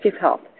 health